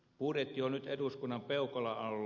budjetti on nyt eduskunnan peukalon alla